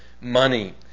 money